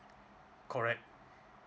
correct